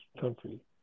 country